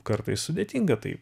kartais sudėtinga tai